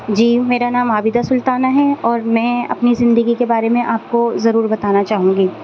جی میرا نام عابدہ سلطانہ ہے اور میں اپنی زندگی کے بارے میں آپ کو ضرور بتانا چاہوں گی